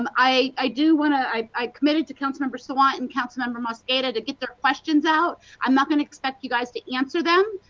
um i do want to, i committed to council member sawant and councilmember mosqueda to get their questions out. i'm not going to expect you to answer them,